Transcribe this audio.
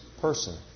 person